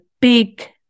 big